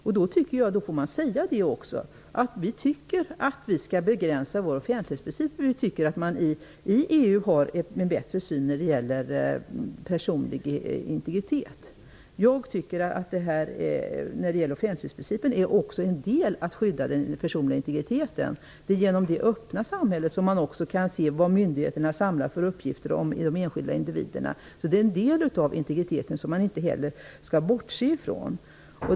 Men då tycker jag att man också skall säga att man tycker att vår offentlighetsprincip skall begränsas, för att man tycker att man i EU har en bättre syn när det gäller personlig integritet. Offentlighetsprincipen innebär delvis att den personliga integriteten skyddas. Det är i det öppna samhället man kan se vilka uppgifter myndigheterna samlar om de enskilda individerna. Det är en del av integriteten som man inte skall bortse från.